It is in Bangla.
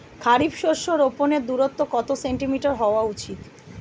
খারিফ শস্য রোপনের দূরত্ব কত সেন্টিমিটার হওয়া উচিৎ?